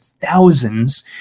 thousands